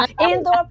indoor